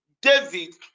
david